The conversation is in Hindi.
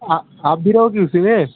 आप भी रहोगी उसी में